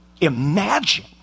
imagine